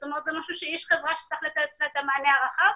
זאת אומרת יש חברה שצריך לתת לה את המענה הרחב.